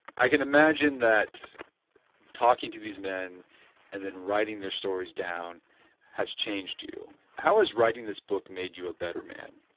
i can imagine that talking to these men and then writing their stories down has changed you. how has writing this book made you a better man?